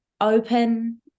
open